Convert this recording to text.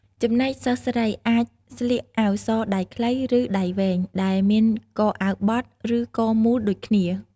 ចំណែកសិស្សស្រី អាចស្លៀក អាវសដៃខ្លី ឬដៃវែង ដែលមានកអាវបត់ ឬកមូលដូចគ្នា។